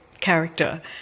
character